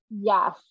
Yes